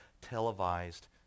televised